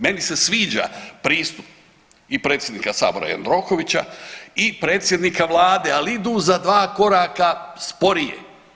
Meni se sviđa pristup i predsjednika sabora Jandrokovića i predsjednika vlade, ali idu za dva koraka sporije.